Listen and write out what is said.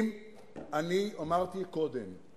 אני אמרתי קודם: